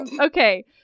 Okay